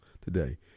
today